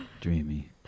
Dreamy